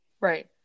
Right